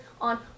on